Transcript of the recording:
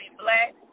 black